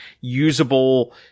usable